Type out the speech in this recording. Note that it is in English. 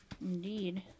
Indeed